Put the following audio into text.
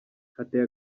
hateye